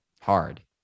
hard